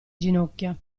ginocchia